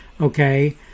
okay